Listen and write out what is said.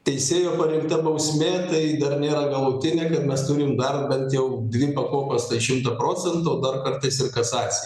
teisėjo parinkta bausmė tai dar nėra galutinė kad mes turim dar bent jau dvi pakopas tai šimtą procentų o dar kartais ir kasaciją